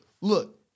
look